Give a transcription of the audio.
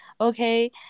okay